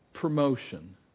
promotion